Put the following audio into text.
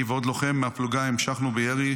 אני ועוד לוחם מהפלוגה המשכנו בירי